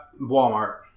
Walmart